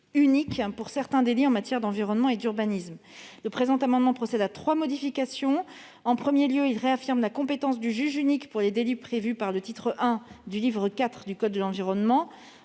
unique pour certains délits en matière d'environnement et d'urbanisme en procédant à trois modifications : premièrement, en réaffirmant la compétence du juge unique pour les délits prévus par le titre I du livre IV du code de l'environnement